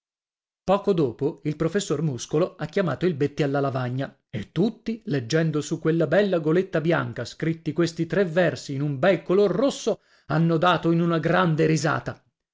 poco dopo il professor muscolo ha chiamato il betti alla lavagna e tutti leggendo su quella bella goletta bianca scritti questi tre versi in un bel color rosso hanno dato in una grande risata